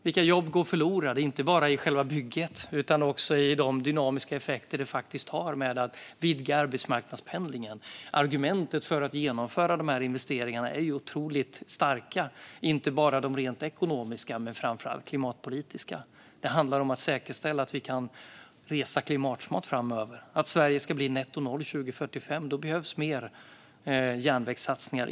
Vilka jobb går förlorade, inte bara genom själva bygget utan också genom de dynamiska effekter som uppstår när man vidgar arbetsmarknadspendlingen? Argumenten för att genomföra dessa investeringar är otroligt starka, och det gäller både de rent ekonomiska och framför allt de klimatpolitiska. Vi måste säkerställa att vi kan resa klimatsmart framöver och att Sveriges utsläpp blir netto noll till 2045. Då behövs inte minst fler järnvägssatsningar.